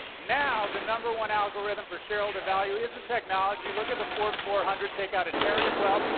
now, the number one algorithm for shareholder value isn't technology. look at the forbes four hundred. take out inherited wealth,